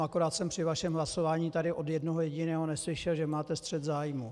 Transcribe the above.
Akorát jsem při vašem hlasování tady od jednoho jediného neslyšel, že máte střet zájmů.